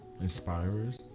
inspires